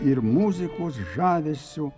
ir muzikos žavesiu